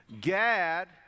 Gad